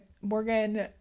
Morgan